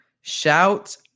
shout